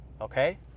okay